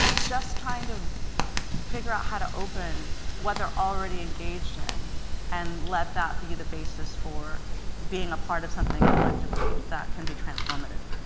just trying to figure out how to open what they're already engaged in and let that be the basis for being a part of something collectively that can be transformative.